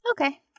Okay